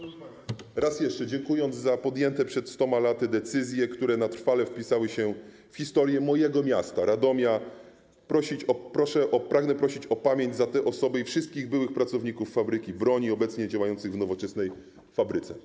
Raz jeszcze dziękując za podjęte przez stoma laty decyzje, które na trwale wpisały się w historię mojego miasta, Radomia, pragnę prosić o pamięć za te osoby i wszystkich byłych pracowników fabryki broni, obecnie działających w nowoczesnej fabryce.